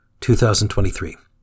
2023